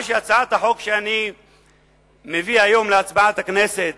הצעת החוק שאני מביא היום להצבעת הכנסת